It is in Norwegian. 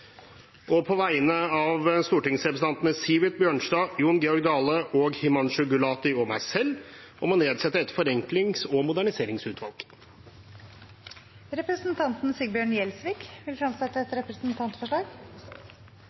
og et forslag på vegne av stortingsrepresentantene Sivert Bjørnstad, Jon Georg Dale, Himanshu Gulati og meg selv om å nedsette et forenklings- og moderniseringsutvalg. Representanten Sigbjørn Gjelsvik vil fremsette et representantforslag.